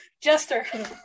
Jester